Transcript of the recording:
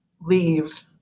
leave